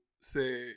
say